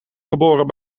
geboren